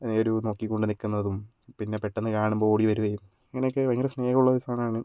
ഒരു നോക്കിക്കൊണ്ട് നിൽക്കുന്നതും പിന്നെ പെട്ടന്ന് കാണുമ്പോൾ ഓടിവരികയും അങ്ങനെയൊക്കെ ഭയങ്കര സ്നേഹമുള്ള ഒരു സാധനം ആണ്